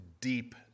deep